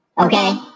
Okay